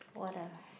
water